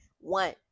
one